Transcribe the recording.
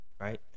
Right